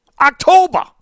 October